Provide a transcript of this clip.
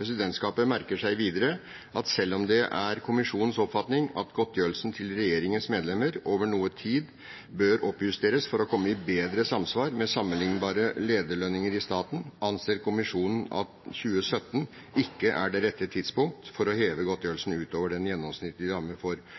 Presidentskapet merker seg videre at selv om det er kommisjonens oppfatning at godtgjørelsen til regjeringens medlemmer over noe tid bør oppjusteres for å komme bedre i samsvar med sammenlignbare lederlønninger i staten, anser kommisjonen at 2017 ikke er det rette tidspunktet for å heve godtgjørelsen utover den gjennomsnittlige rammen for